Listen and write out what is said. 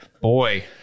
boy